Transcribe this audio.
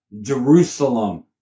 Jerusalem